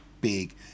big